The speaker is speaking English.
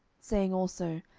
saying also,